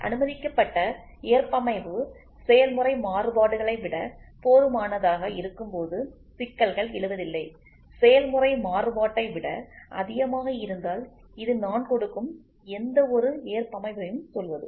அனுமதிக்கப்பட்ட ஏற்பமைவு செயல்முறை மாறுபாடுகளை விட போதுமானதாக இருக்கும்போது சிக்கல்கள் எழுவதில்லைசெயல்முறை மாறுபாட்டை விட அதிகமாக இருந்தால் இது நான் கொடுக்கும் எந்தவொரு ஏற்பமைவையும் சொல்வது